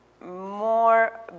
more